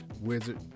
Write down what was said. Wizard